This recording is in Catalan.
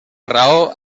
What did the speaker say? raó